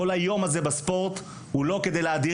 כל היום הזה בספורט הוא לא כדי להאדיר